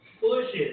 pushes